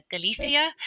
Galicia